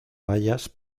bayas